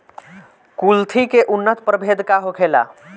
कुलथी के उन्नत प्रभेद का होखेला?